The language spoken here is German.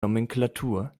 nomenklatur